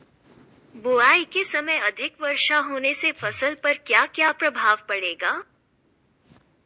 बुआई के समय अधिक वर्षा होने से फसल पर क्या क्या प्रभाव पड़ेगा?